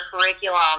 curriculum